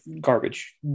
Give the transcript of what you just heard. garbage